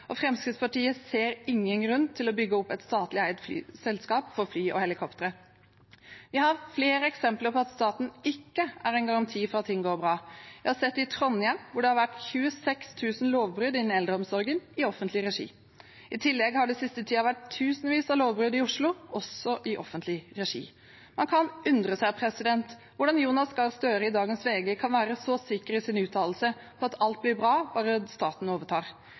og Fremskrittspartiet ser ingen grunn til å bygge opp et statlig eid selskap for fly og helikoptre. Vi har flere eksempler på at staten ikke er en garanti for at ting går bra. Vi har sett det i Trondheim, hvor det har vært 26 000 lovbrudd innen eldreomsorgen i offentlig regi. I tillegg har det den siste tiden vært tusenvis av lovbrudd i Oslo, også i offentlig regi. Man kan undre seg på hvordan Jonas Gahr Støre i dagens VG kan være så sikker i sin uttalelse på at alt blir bra bare staten overtar.